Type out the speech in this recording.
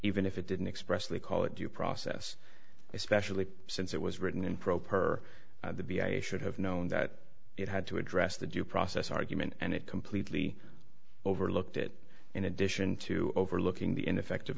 even if it didn't express they call it due process especially since it was written in pro per the b i should have known that it had to address the due process argument and it completely overlooked it in addition to overlooking the ineffective